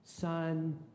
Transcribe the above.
Son